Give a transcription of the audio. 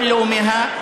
מדינת כל לאומיה,